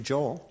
Joel